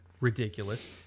ridiculous